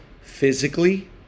physically